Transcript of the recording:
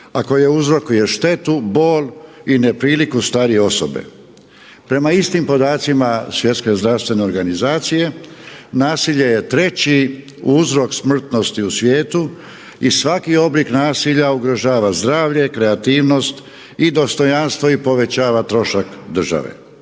a koje uzrokuje štetu, bol i nepriliku starije osobe. Prema istim podacima Svjetske zdravstvene organizacije nasilje je treći uzrok smrtnosti u svijetu i svaki oblik nasilja ugrožava zdravlje, kreativnost i dostojanstvo i povećava trošak države.